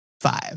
five